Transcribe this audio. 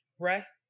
Rest